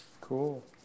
Cool